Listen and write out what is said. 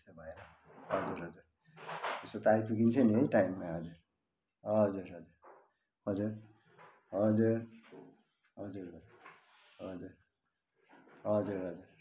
त्यस्तो भएर हजुर हजुर त्यस्तो त आइपुगिन्छ नि है टाइममा हजुर हजुर हजुर हजुर हजुर हजुर हजुर हजुर हजुर हजुर